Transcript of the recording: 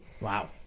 Wow